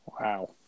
Wow